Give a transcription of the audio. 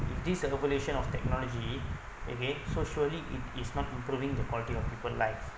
this revolution of technology okay so surely it is not improving the quality of people life